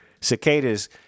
cicadas